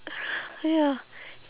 oh ya